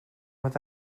with